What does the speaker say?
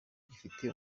gifite